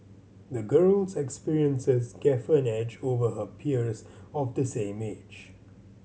the girl's experiences gave her an edge over her peers of the same age